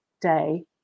Day